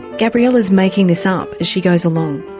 gabriela's making this up as she goes along.